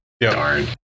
darn